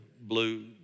blue